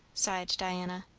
sighed diana.